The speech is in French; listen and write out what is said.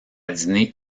dîner